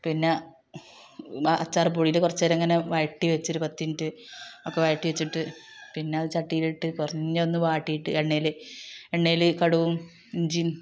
പിന്നെ അച്ചാർ പൊടിയിൽ കുറച്ച് നേരം ഇങ്ങനെ വഴറ്റി വച്ചൊരു പത്ത് മിനിറ്റ് ഒക്കെ വഴറ്റി വച്ചിട്ട് പിന്നെ അത് ചട്ടിയിലിട്ട് കുറഞ്ഞൊന്ന് വാട്ടിയിട്ട് എണ്ണയിൽ എണ്ണയിൽ കടുകും ഇഞ്ചിയും